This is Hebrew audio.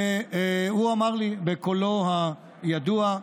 והוא אמר לי בקולו הידוע: